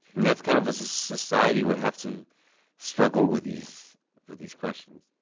and that's kind of a society we have to struggle with these with these questions.